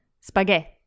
spaghetti